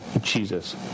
Jesus